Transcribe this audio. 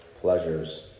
pleasures